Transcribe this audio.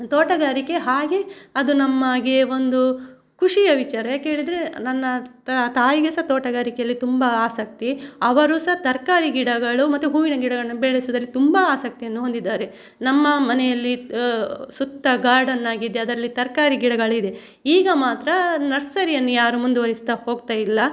ತೋಟಗಾರಿಕೆ ಹಾಗೇ ಅದು ನಮ್ಮಗೇ ಒಂದು ಖುಷಿಯ ವಿಚಾರ ಯಾಕೆ ಹೇಳಿದರೆ ನನ್ನ ತಾಯಿಗೆ ಸಹ ತೋಟಗಾರಿಕೆಯಲ್ಲಿ ತುಂಬಾ ಆಸಕ್ತಿ ಅವರು ಸಹ ತರಕಾರಿ ಗಿಡಗಳು ಮತ್ತು ಹೂವಿನ ಗಿಡಗಳನ್ನು ಬೆಳಸೋದ್ರಲ್ಲಿ ತುಂಬಾ ಆಸಕ್ತಿಯನ್ನು ಹೊಂದಿದ್ದಾರೆ ನಮ್ಮ ಮನೆಯಲ್ಲಿ ಸುತ್ತ ಗಾರ್ಡನ್ ಆಗಿದೆ ಅದರಲ್ಲಿ ತರಕಾರಿ ಗಿಡಗಳಿದೆ ಈಗ ಮಾತ್ರ ನರ್ಸರಿಯನ್ನು ಯಾರು ಮುಂದುವರಿಸ್ತಾ ಹೋಗ್ತಯಿಲ್ಲ